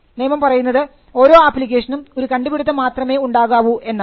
നിയമം പറയുന്നത് ഓരോ അപ്ലിക്കേഷനും ഒരു കണ്ടുപിടുത്തം മാത്രമേ ഉണ്ടാകാവൂ എന്നാണ്